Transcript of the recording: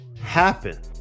happen